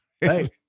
hey